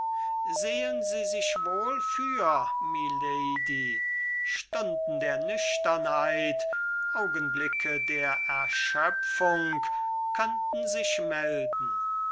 sehen sie sich wohl für milady stunden der nüchternheit augenblicke der erschöpfung könnten sich melden schlangen